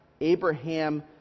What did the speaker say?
Abraham